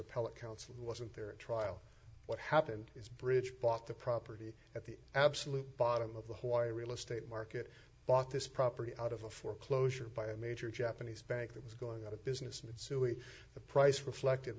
and wasn't there at trial what happened is bridge bought the property at the absolute bottom of the why real estate market bought this property out of a foreclosure by a major japanese bank that was going out of business and suing the price reflected